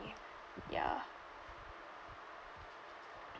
ya